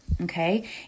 okay